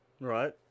right